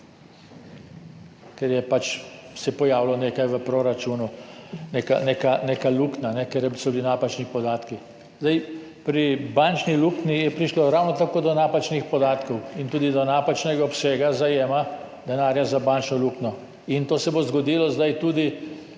ker se je pojavilo nekaj v proračunu, neka luknja, ker so bili napačni podatki. Pri bančni luknji je prišlo ravno tako do napačnih podatkov in tudi do napačnega obsega zajema denarja za bančno luknjo in to se bo zgodilo zdaj tudi